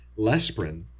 Lesprin